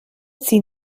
sie